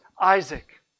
Isaac